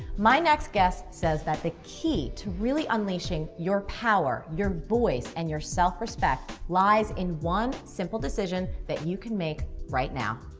my next guest says that the key to really unleashing your power, your voice, and your self respect lies in one simple decision that you can make right now.